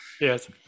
yes